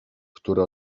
które